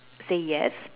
say yes